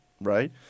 right